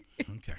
Okay